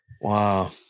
Wow